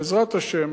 בעזרת השם,